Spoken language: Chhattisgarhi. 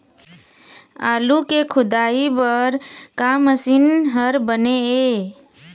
आलू के खोदाई बर का मशीन हर बने ये?